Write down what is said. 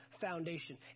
foundation